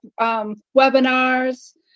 webinars